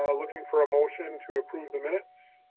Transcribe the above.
looking for a motion to approve the minutes